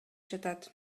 жатат